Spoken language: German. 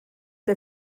der